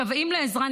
משוועים לעזרה,